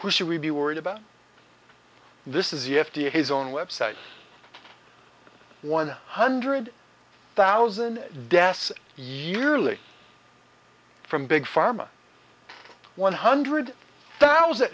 who should we be worried about this is the f d a his own web site one hundred thousand deaths yearly from big pharma one hundred thousand